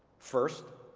first,